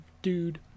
dude